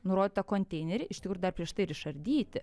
nurodytą konteinerį iš tikrųjų dar prieš tai ir išardyti